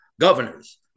governors